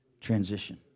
Transition